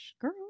girl